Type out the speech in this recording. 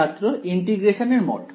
ছাত্র ইন্টিগ্রেশনের মড